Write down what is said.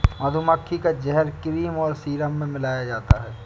मधुमक्खी का जहर क्रीम और सीरम में मिलाया जाता है